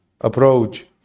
approach